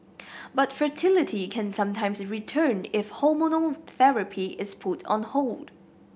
but fertility can sometimes return if hormonal therapy is put on hold